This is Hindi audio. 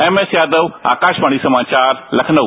एमएस यादव आकारवाणी समाचार लखनऊ